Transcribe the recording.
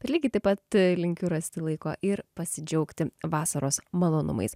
lygiai taip pat linkiu rasti laiko ir pasidžiaugti vasaros malonumais